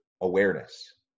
awareness